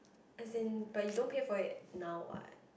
as in but you don't pay for it now what